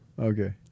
okay